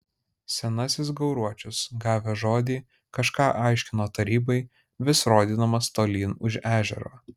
senasis gauruočius gavęs žodį kažką aiškino tarybai vis rodydamas tolyn už ežero